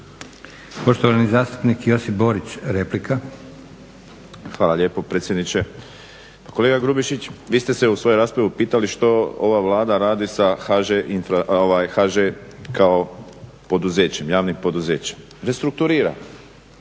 Hvala lijepo predsjedniče. Pa kolega Grubišić, vi ste se u svojoj raspravi upitali što ova Vlada radi sa HŽ kao poduzećem, javnim poduzećem? Restrukturira.